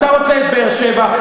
אתה רוצה את באר-שבע,